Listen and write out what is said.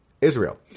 Israel